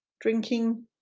drinking